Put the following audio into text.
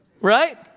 right